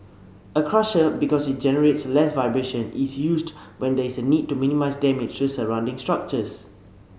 a crusher because it generates less vibration is used when there is a need to minimise damage to surrounding structures